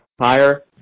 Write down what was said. higher